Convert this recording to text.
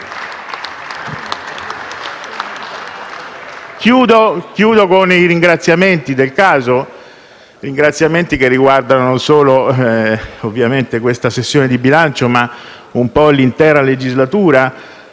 con i ringraziamenti del caso, che riguardano non solo questa sessione di bilancio, ma un po' l'intera legislatura.